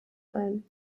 ein